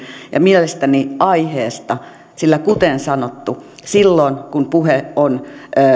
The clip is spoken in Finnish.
ja mielestäni aiheesta sillä kuten sanottu silloin kun puhe on